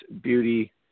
Beauty